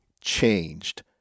changed